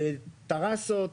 טראסות,